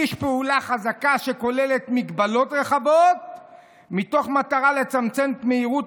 הפטיש הוא פעולה חזקה שכוללת מגבלות רחבות מתוך מטרה לצמצם את מהירות